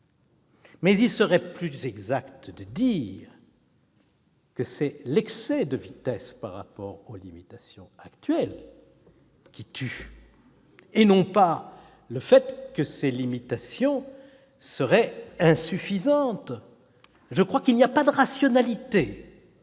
il serait plus exact de dire que c'est l'excès de vitesse par rapport aux limitations actuelles qui tue et non pas le fait que ces limitations seraient insuffisantes. Il n'y a pas de rationalité